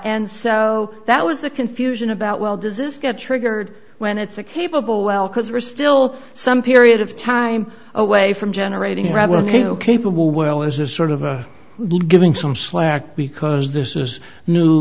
and so that was the confusion about well does this get triggered when it's a capable well because we're still some period of time away from generating radke ok people well as a sort of a little giving some slack because this is new